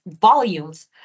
volumes